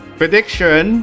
prediction